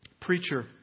preacher